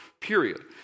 period